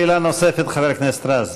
שאלה נוספת, חבר הכנסת רז.